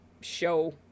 show